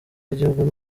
bw’igihugu